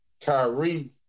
Kyrie